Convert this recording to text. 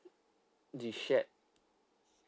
the shared